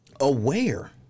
aware